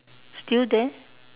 still there